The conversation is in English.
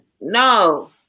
no